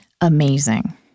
amazing